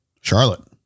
Charlotte